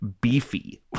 beefy